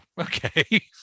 okay